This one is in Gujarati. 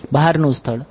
બહારનો સ્થળ